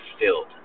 filled